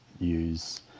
use